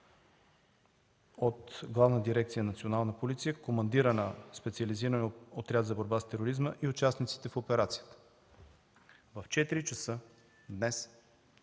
от Главна дирекция „Национална полиция”, командирът на Специализирания отряд за борба с тероризма и участниците в операцията. В 4,00 ч. днес